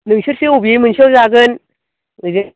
नोंसोरसो अबे मोनसेयाव जागोन बिदि